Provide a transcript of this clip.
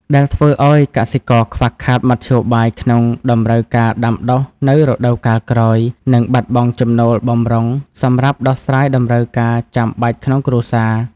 ដែលធ្វើឱ្យកសិករខ្វះខាតមធ្យោបាយក្នុងតម្រូវការដាំដុះនៅរដូវកាលក្រោយ និងបាត់បង់ចំណូលបម្រុងសម្រាប់ដោះស្រាយតម្រូវការចាំបាច់ក្នុងគ្រួសារ។